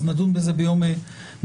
אז נדון בזה ביום חמישי.